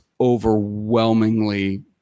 overwhelmingly